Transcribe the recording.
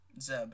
Zeb